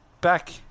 back